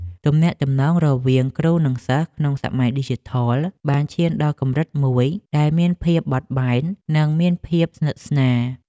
ទំនាក់ទំនងរវាងគ្រូនិងសិស្សក្នុងសម័យឌីជីថលបានឈានដល់កម្រិតមួយដែលមានភាពបត់បែននិងមានភាពស្និទ្ធស្នាល។